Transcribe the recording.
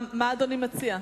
מה אדוני מציע?